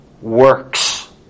works